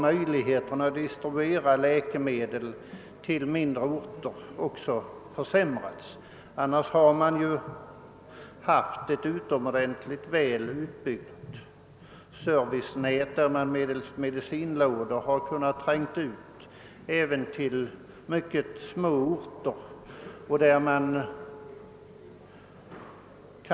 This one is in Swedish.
Möjligheterna att distribuera läkemedel till mindre orter har därigenom försämrats. Annars har man haft ett utomordentligt väl utbyggt servicenät, där man med hjälp av medicinlådor kunnat tränga ut till även mycket små orter.